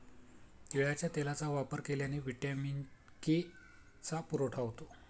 तिळाच्या तेलाचा वापर केल्याने व्हिटॅमिन के चा पुरवठा होतो